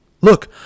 Look